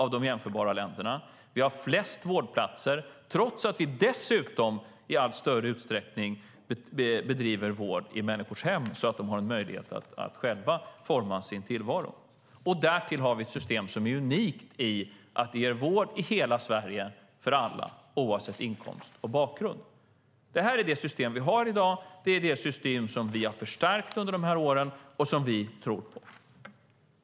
Vi har flest vårdplatser, trots att vi dessutom i allt större utsträckning bedriver vård i människors hem så att de har möjligheten att själva forma sin tillvaro. Därtill har vi ett system som är unikt genom att vi ger vård i hela Sverige till alla oavsett inkomst och bakgrund. Det är detta system vi har i dag. Det är detta system vi har förstärkt under dessa år och som vi tror på.